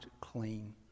clean